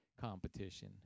competition